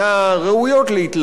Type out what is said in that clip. ראויות להתלבטות,